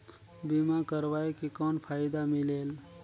बीमा करवाय के कौन फाइदा मिलेल?